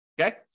Okay